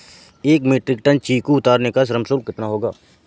एक metric ton चीकू उतारने का श्रम शुल्क कितना होगा?